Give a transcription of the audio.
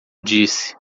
disse